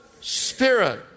Spirit